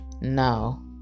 No